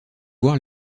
voir